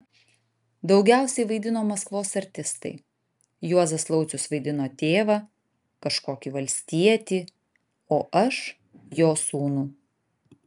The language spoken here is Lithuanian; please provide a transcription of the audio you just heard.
dagiausia vaidino maskvos artistai juozas laucius vaidino tėvą kažkokį valstietį o aš jo sūnų